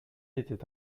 était